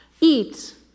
Eat